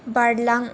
बारलां